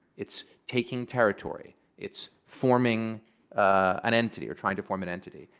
it's taking territory. it's forming an entity, or trying to form an entity.